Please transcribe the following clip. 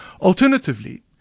Alternatively